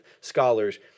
scholars